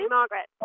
Margaret